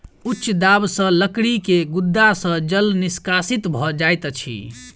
उच्च दाब सॅ लकड़ी के गुद्दा सॅ जल निष्कासित भ जाइत अछि